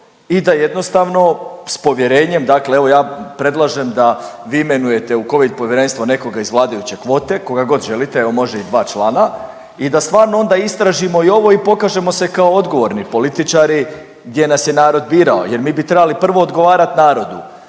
i da jednostavno s povjerenjem dakle evo ja predlažem da vi imenujete u covid povjerenstvo nekoga iz vladajuće kvote, koga god želite, evo može i dva člana i da stvarno onda istražimo i ovo i pokažemo se kao odgovorni političari gdje nas je narod birao jer mi bi trebali prvo odgovarat narod,